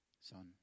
son